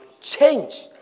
change